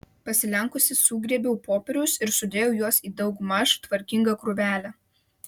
pasilenkusi sugrėbiau popierius ir sudėjau juos į daugmaž tvarkingą krūvelę